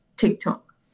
tiktok